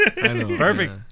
perfect